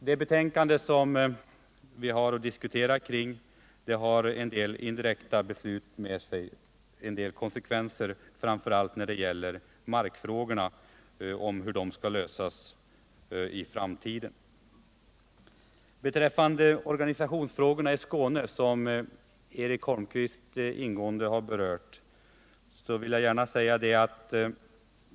Det betänkande som vi har att diskutera medför en del konsekvenser, framför allt när det gäller hur markfrågorna skall lösas i framtiden. Eric Holmqvist har ingående berört organisationsfrågorna i Skåne.